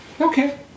Okay